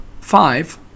Five